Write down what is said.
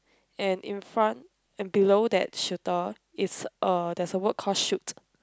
and in front and below that shooter is a there's a word call shoot